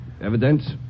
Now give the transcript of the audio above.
Evidence